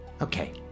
Okay